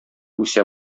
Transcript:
үсә